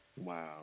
Wow